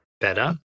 better